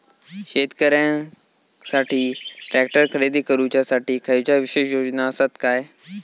शेतकऱ्यांकसाठी ट्रॅक्टर खरेदी करुच्या साठी खयच्या विशेष योजना असात काय?